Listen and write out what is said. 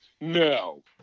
No